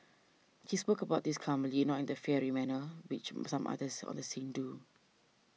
he spoke about this calmly not in the fiery manner which some others on the scene do